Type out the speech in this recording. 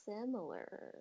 similar